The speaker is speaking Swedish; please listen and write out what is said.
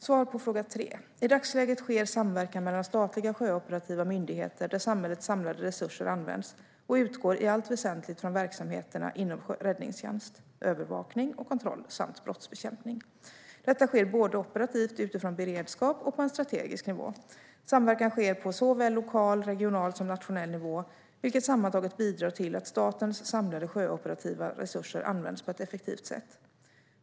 Svar på fråga 3: I dagsläget sker samverkan mellan statliga sjöoperativa myndigheter där samhällets samlade resurser används, och den utgår i allt väsentligt från verksamheterna inom räddningstjänst, övervakning och kontroll samt brottsbekämpning. Detta sker såväl operativt och utifrån beredskap som på en strategisk nivå. Samverkan sker på lokal, regional och nationell nivå, vilket sammantaget bidrar till att statens samlade sjöoperativa resurser används på ett effektivt sätt.